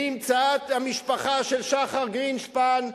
נמצאת המשפחה של שחר גרינשפן,